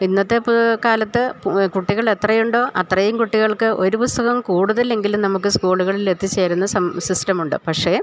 ഇന്നത്തെ കാലത്ത് കുട്ടികളെത്രയുണ്ടോ അത്രയും കുട്ടികൾക്ക് ഒരു പുസ്തകം കൂടുതലെങ്കിലും നമുക്ക് സ്കൂളുകളിലെത്തിച്ചേരുന്ന സിസ്റ്റമുണ്ട് പക്ഷേ